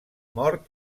mort